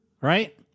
right